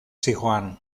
zihoan